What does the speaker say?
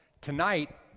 tonight